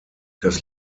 das